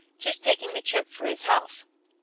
just taking the trip for his health.